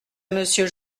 monsieur